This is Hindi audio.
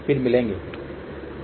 फिर मिलेंगे बाँय